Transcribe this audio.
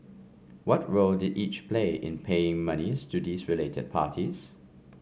what role did each play in paying monies to these related parties